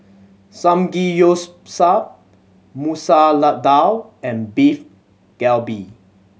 Samgeyopsal Masoor Dal and Beef Galbi